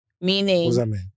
Meaning